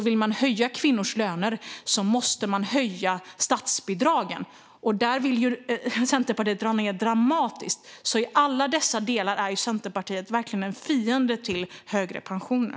Vill man höja kvinnors löner måste man alltså höja statsbidragen. Där vill ju Centerpartiet dra ned dramatiskt. I alla dessa delar är Centerpartiet verkligen en fiende till högre pensioner.